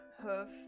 hoof